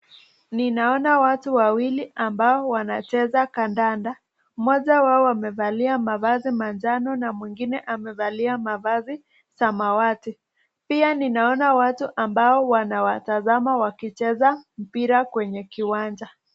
Ninaona watu wawili ambao wanacheza kandanda .Mmoja wao amevalia mavazi manjano na mwingine amevalia mavazi samawati. Pia ninaona watu ambao wanawatazama wakicheza mpira kwenye kiwanja.